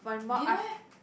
dinner eh